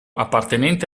appartenente